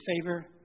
favor